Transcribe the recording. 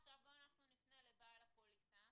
עכשיו גם אנחנו נפנה לבעל הפוליסה